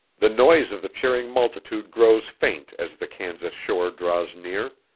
the noise of the cheering multitude grows faint as the kansas shore draws near.